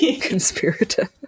conspirator